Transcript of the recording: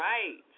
Right